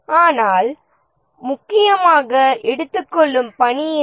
ஆனால் முக்கியமாக எடுத்துக்கொள்ளும் பணி என்ன